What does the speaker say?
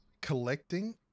collecting